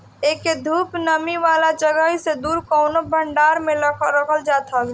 एके धूप, नमी वाला जगही से दूर कवनो भंडारा में रखल जात हवे